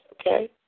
okay